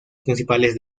principales